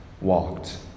walked